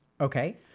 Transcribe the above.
Okay